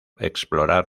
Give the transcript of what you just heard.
explorar